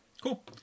cool